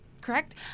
Correct